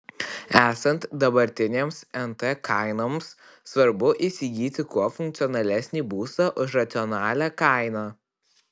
esant dabartinėms nt kainoms svarbu įsigyti kuo funkcionalesnį būstą už racionalią kainą